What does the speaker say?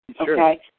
okay